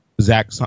Zach